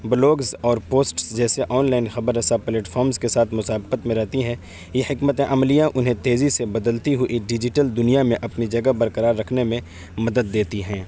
blogs اور posts جیسے online خبر رساں پلیٹ فارمس کے ساتھ مسابقت میں رہتی ہیں یہ حکمت عملیاں انہیں تیزی سے بدلتی ہوئی ڈیجیٹل دنیا میں اپنی جگہ برکرار رکھنے میں مدد دیتی ہیں